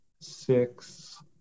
six